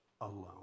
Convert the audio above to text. alone